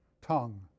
tongue